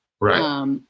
Right